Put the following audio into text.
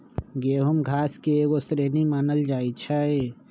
गेहूम घास के एगो श्रेणी मानल जाइ छै